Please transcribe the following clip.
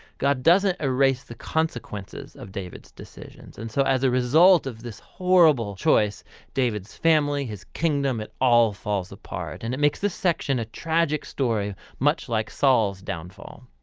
god doesn't erase the consequences of david's decisions. and so as a result of this horrible choice david's family, his kingdom, and all falls apart and makes this section a tragic story, much like saul's downfall.